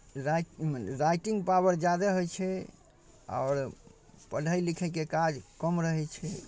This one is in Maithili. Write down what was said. रा राइटिङ्ग पावर जादे होइ छै आओर पढ़ै लिखैके काज कम रहै छै